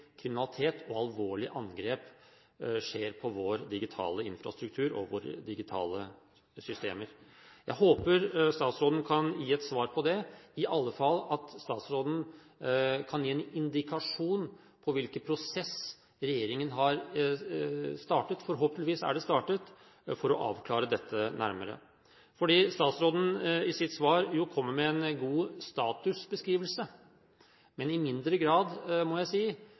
kriminalitet og alvorlige angrep skjer på vår digitale infrastruktur og våre digitale systemer? Jeg håper statsråden kan gi et svar på det, i alle fall at hun kan gi en indikasjon på hvilken prosess regjeringen har startet – forhåpentligvis har den startet – for å avklare dette nærmere. Statsråden kommer i sitt svar med en god statusbeskrivelse, men i mindre grad, må jeg si,